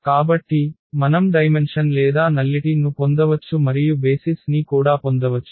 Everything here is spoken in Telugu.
కాబట్టి మనం డైమెన్షన్ లేదా నల్లిటి ను పొందవచ్చు మరియు బేసిస్ ని కూడా పొందవచ్చు